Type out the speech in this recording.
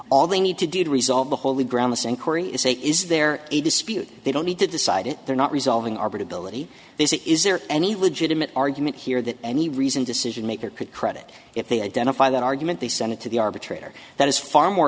all they need to do to resolve the holy ground this inquiry is a is there a dispute they don't need to decide it they're not resolving arbet ability they say is there any legitimate argument here that any reason decision maker could credit if they identify that argument they send it to the arbitrator that is far more